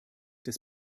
des